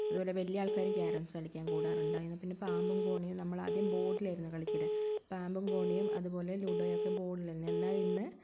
അതുപോലെ വലിയയാൾക്കാര് ക്യാരംസ്സ് കളിക്കാന് കൂടാറുണ്ടായിരുന്നു പിന്നെ പാമ്പും കോണിയും നമ്മളാദ്യം ബോഡിലായിരുന്നു കളിക്കാറ് പാമ്പും കോണിയും അതുപോലെ ലുഡോയുമൊക്കെ ബോഡിലായിരുന്നു എന്നാലിന്ന്